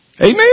Amen